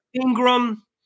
Ingram